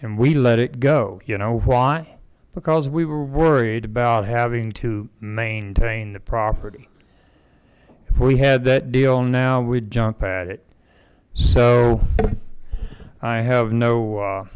and we let it go you know want because we were worried about having to maintain the property we had that deal now with john pat it so i have no